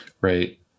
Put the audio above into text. right